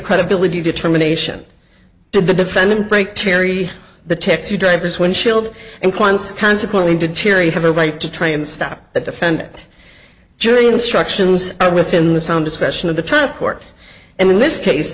credibility determination to the defendant by terri the text you drivers windshield and consequently deteriorate have a right to try and stop the defendant jury instructions are within the sound discretion of the transport and in this case